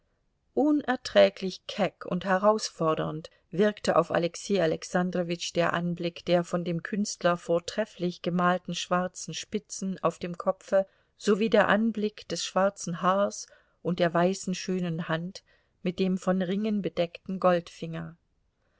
unerträglich keck und herausfordernd wirkte auf alexei alexandrowitsch der anblick der von dem künstler vortrefflich gemalten schwarzen spitzen auf dem kopfe sowie der anblick des schwarzen haars und der weißen schönen hand mit dem von ringen bedeckten goldfinger